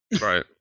Right